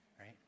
right